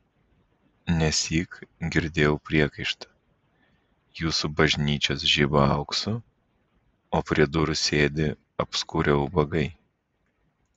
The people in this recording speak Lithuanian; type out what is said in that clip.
nesyk girdėjau priekaištą jūsų bažnyčios žiba auksu o prie durų sėdi apskurę ubagai